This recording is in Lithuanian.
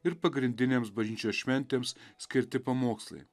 ir pagrindinėms bažnyčios šventėms skirti pamokslai